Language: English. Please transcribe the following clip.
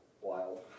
Wild